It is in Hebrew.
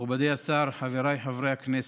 מכובדי השר, חבריי חברי הכנסת,